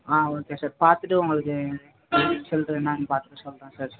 ஆ okay sir பார்த்துட்டு உங்களுக்கு result என்னன்னு பார்த்துட்டு சொல்லுறேன் சார்